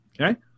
okay